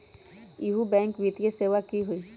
इहु बैंक वित्तीय सेवा की होई?